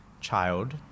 child